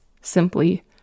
simply